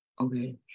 okay